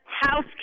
house